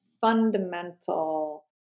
fundamental –